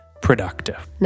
productive